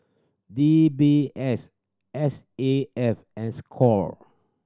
D B S S A F and score